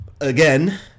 again